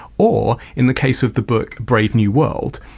or, in the case of the book brave new world,